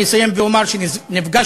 אני אסיים ואומר שנפגשנו,